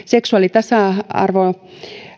seksuaalitasa arvon